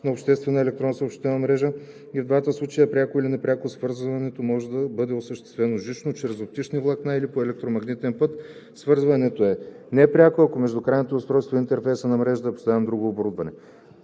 на обществена електронна съобщителна мрежа; и в двата случая, пряко или непряко, свързването може да бъде осъществено жично, чрез оптични влакна или по електромагнитен път; свързването е непряко, ако между крайното устройство и интерфейса на мрежата е поставено друго оборудване;